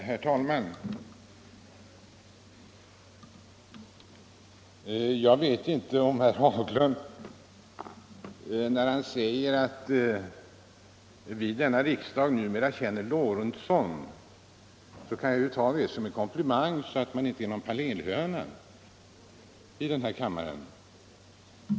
Herr talman! När herr Haglund säger att man i riksdagen numera känner igen herr Lorentzon och hans tongångar tar jag detta som en komplimang — då är jag ju åtminstone ingen panelhöna i den här kammaren.